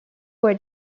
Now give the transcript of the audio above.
were